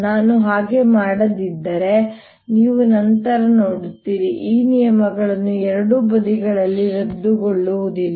ನಾನು ಹಾಗೆ ಮಾಡದಿದ್ದರೆ ನೀವು ನಂತರ ನೋಡುತ್ತೀರಿ ಈ ನಿಯಮಗಳು ಎರಡು ಬದಿಗಳಲ್ಲಿ ರದ್ದುಗೊಳ್ಳುವುದಿಲ್ಲ